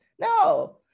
No